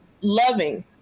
loving